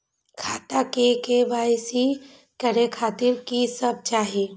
खाता के के.वाई.सी करे खातिर की सब चाही?